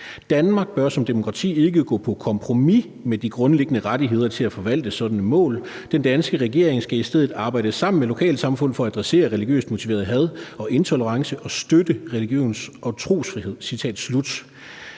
Danmark bør som demokrati ikke gå på kompromis med de grundlæggende rettigheder til at forvalte sådanne mål. Den danske regering skal i stedet arbejde sammen med lokalsamfund for at adressere religiøst motiveret had og intolerance og støtte religions- og trosfrihed.